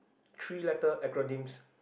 three letter acronyms